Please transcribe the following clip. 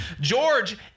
George